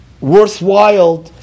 worthwhile